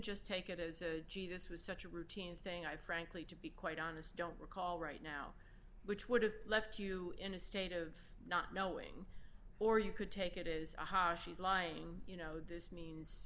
just take it as this was such a routine thing i'd frankly to be quite honest don't recall right now which would have left you in a state of not knowing or you could take it is aha she's lying you know this means